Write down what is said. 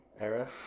era